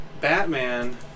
Batman